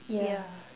yeah